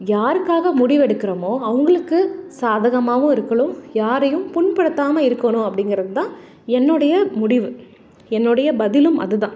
யாருக்காக முடிவெடுக்கிறோமோ அவங்களுக்கு சாதகமாகவும் இருக்கணும் யாரையும் புண்படுத்தாமல் இருக்கணும் அப்படிங்கிறது தான் என்னோடைய முடிவு என்னோடைய பதிலும் அதுதான்